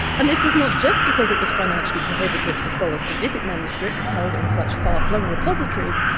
and this was not just because it was financially prohibitive for scholars to visit manuscripts held in such far-flung repositories,